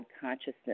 consciousness